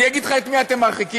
אגיד לך את מי אתם מרחיקים,